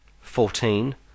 fourteen